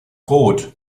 rot